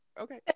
okay